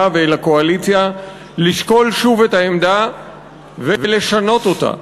ואל הקואליציה לשקול שוב את העמדה ולשנות אותה,